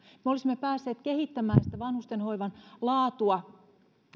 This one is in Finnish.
me olisimme päässeet kehittämään sitä vanhustenhoivan laatua